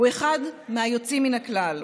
הוא אחד היוצאים מן הכלל,